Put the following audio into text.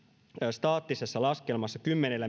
staattisessa laskelmassa kymmenellä